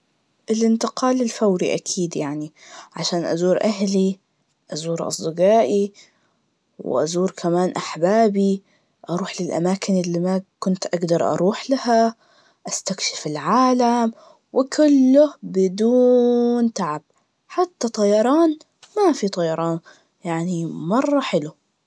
الانتقال الفوري أكيد يعني, عشان أزور أهلي, وازور أصدقائي, وازور كمان أحبابي, واروح للأماكن اللي ما كنت أروح لها, أستكشف العالم, وكله بدون تعب, حتى طيران, كما في طيران, يعني مرة حلو.